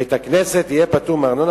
בית-הכנסת יהיה פטור מארנונה,